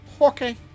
Okay